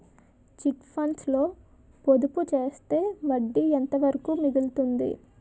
Chit funds లో పొదుపు చేస్తే వడ్డీ ఎంత వరకు మిగులుతుంది?